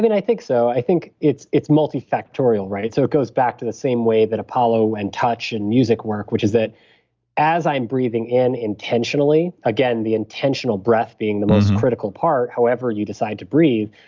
mean, i think so. i think it's it's multifactorial. right? so it goes back to the same way that apollo and touch and music work, which is that as i'm breathing in intentionally, again, the intentional breath being the most critical part. however you decide to breathe,